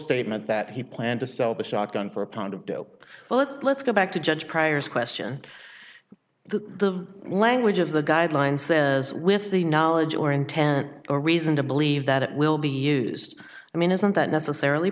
statement that he planned to sell the shotgun for a pound of dope well let's go back to judge cryer's question the language of the guidelines says with the knowledge or intent or reason to believe that it will be used i mean isn't that necessarily